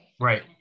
Right